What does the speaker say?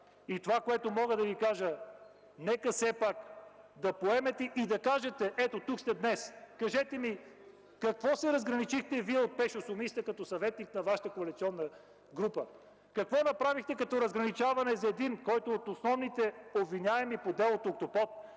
Това, което мога да Ви кажа: нека все пак да поемете и да кажете, ето тук сте днес, с какво се разграничихте Вие от Пешо Сумиста като съветник на Вашата коалиционна група? Какво направихте като разграничаване за един, който е от основните обвиняеми по делото